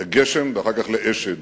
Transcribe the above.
לגשם ואחר כך לאשד.